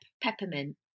Peppermint